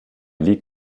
liegt